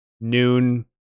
noon